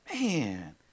man